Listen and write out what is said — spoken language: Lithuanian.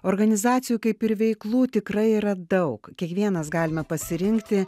organizacijų kaip ir veiklų tikrai yra daug kiekvienas galime pasirinkti